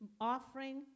offering